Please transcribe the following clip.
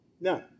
no